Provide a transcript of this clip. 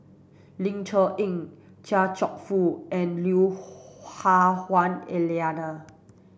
Ling Cher Eng Chia Cheong Fook and Lui Hah Wah Elena